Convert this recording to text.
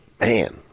man